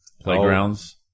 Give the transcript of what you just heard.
Playgrounds